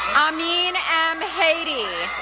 ah ameen m. hady,